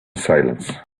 silence